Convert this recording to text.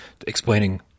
explaining